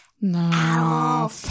No